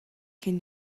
хэн